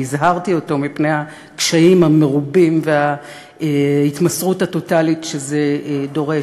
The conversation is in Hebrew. כי הזהרתי אותו מפני הקשיים המרובים וההתמסרות הטוטלית שזה דורש.